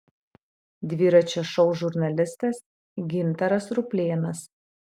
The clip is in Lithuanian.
dviračio šou žurnalistas gintaras ruplėnas